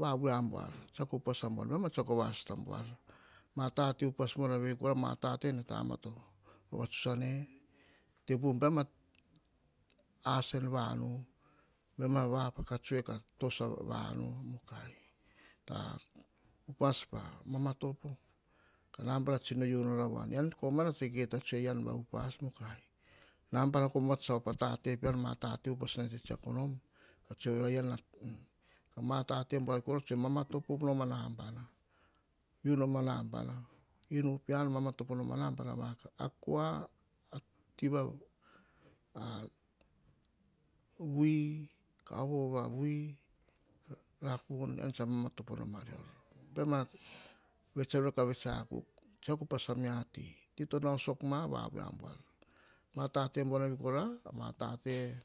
vavu a buar, tsiako upas a buar, baim a tsiako vosata buar ma tate upas buar veri kora, matate ne tama vavatuts ane, baim a asa en vanu, baim a vapaka tsue ka toso a vomu, mukai. Upas pa mama topo, ka nabana tsino u a voana e en komana tsa kita tsoe e an va upas, mukai. Nabana komana tsa op atate. Matate upas nan tsetsako nom. Ean, matate buar veri tsan mama topo nom a nabana. U nom a nabana, inu pean, mamatopo nom a nabana vakav. Akua, tiva vui, kaovo va vui, lapun, ean tsa mamotopo nom a rior baim vets. A rior ka vets akuk, tsiako upas a mia ti, i to nnao sok ma vavui a buar. Tate buuar veri kora, a matate.